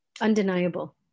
Undeniable